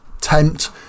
tempt